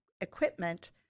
equipment